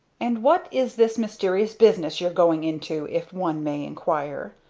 and what is this mysterious business you're goin' into if one may inquire?